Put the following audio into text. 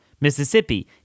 Mississippi